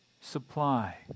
supply